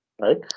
right